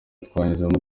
twanyuzemo